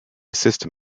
system